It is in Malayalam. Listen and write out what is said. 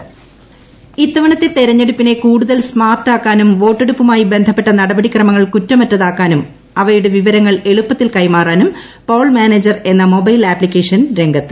പോൾ മാനേജർ ആപ്പ് ഇത്തവണത്തെ തെരുഖ്ഞെടുപ്പിനെ കൂടുതൽ സ്മാർട്ടാക്കാ നും വോട്ടെടുപ്പുമായീ ബന്ധപ്പെട്ട നടപടി ക്രമങ്ങൾ കുറ്റമറ്റ താക്കാനും അവയുടെ വിവരങ്ങൾ എളുപ്പത്തിൽ കൈമാറാ നും പോൾ മാനേജർ എന്ന മൊബൈൽ ആപ്തിക്കേഷൻ രംഗത്ത്